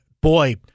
Boy